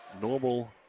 Normal